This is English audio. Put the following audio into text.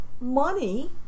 money